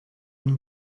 bym